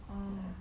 um